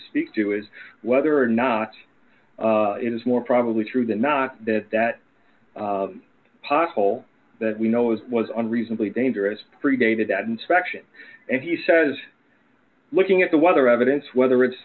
speak to is whether or not it is more probably true than not that that possible that we know it was unreasonably dangerous predated that inspection and he says looking at the weather evidence whether it's